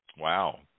Wow